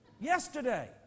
yesterday